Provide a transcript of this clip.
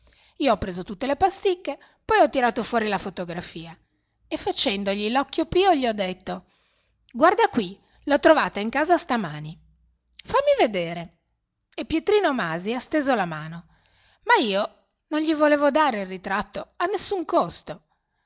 io ho preso tutte le pasticche poi ho tirato fuori la fotografia e facendogli l'occhio pio gli ho detto guarda qui l'ho trovata in casa stamani fammi vedere e pietrino masi ha steso la mano ma io non gli volevo dare il ritratto a nessun costo